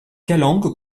calanques